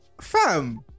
fam